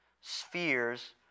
spheres